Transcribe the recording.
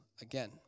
again